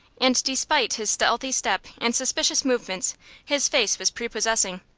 and despite his stealthy step and suspicious movements his face was prepossessing.